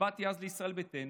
הצבעתי אז לישראל ביתנו,